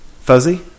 Fuzzy